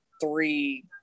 three